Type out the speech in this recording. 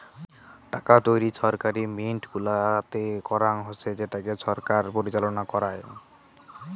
টাকা তৈরী ছরকারি মিন্ট গুলাতে করাঙ হসে যেটাকে ছরকার পরিচালনা করাং